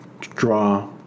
Draw